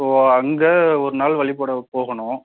so அங்கே ஒரு நாள் வழிபட போகணும்